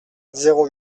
zéro